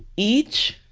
each